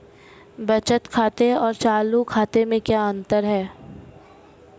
बचत खाते और चालू खाते में क्या अंतर है?